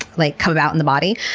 like come about in the body,